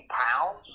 pounds